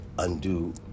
undo